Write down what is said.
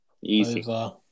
Easy